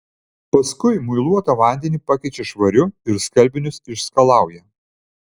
paskui muiluotą vandenį pakeičia švariu ir skalbinius išskalauja